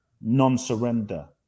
non-surrender